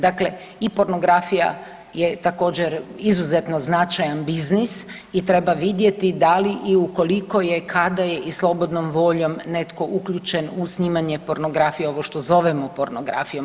Dakle i pornografija je također izuzetno značajan biznis i treba vidjeti da li i u koliko je, kada je i slobodnom voljom netko uključen u snimanje pornografije ovo što zovemo pornografijom.